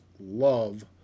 love